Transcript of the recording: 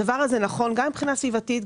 הדבר הזה נכון גם מבחינה סביבתית,